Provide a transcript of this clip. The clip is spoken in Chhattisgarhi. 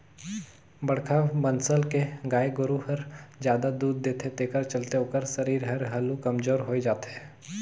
बड़खा बनसल के गाय गोरु हर जादा दूद देथे तेखर चलते ओखर सरीर हर हालु कमजोर होय जाथे